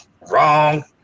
Wrong